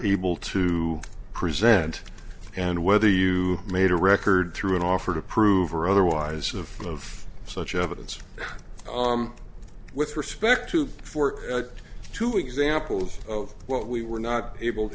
able to present and whether you made a record through an offer to prove or otherwise of such evidence with respect to fork two examples of what we were not able to